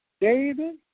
David